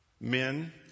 Men